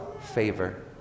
favor